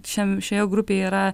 čia šioje grupėj yra